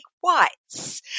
whites